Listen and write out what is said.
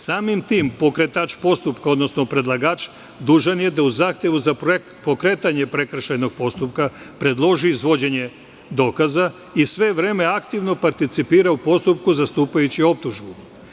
Samim tim pokretač postupka, odnosno predlagač, dužan je da u zahtevu za pokretanje prekršajnog postupka predloži izvođenje dokaza i sve vreme aktivno participira u postupku za stupajuću optužbu.